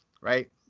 right